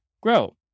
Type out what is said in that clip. grow